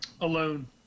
Alone